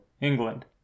England